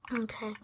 Okay